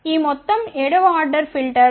ఈ మొత్తం 7 వ ఆర్డర్ ఫిల్టర్ 32